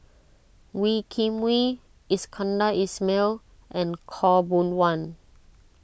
Wee Kim Wee Iskandar Ismail and Khaw Boon Wan